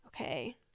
okay